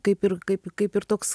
kaip ir kaip kaip ir toks